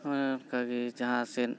ᱦᱚᱸ ᱚᱱᱠᱟᱜᱮ ᱡᱟᱦᱟᱸ ᱥᱮᱫ